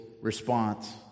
response